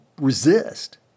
resist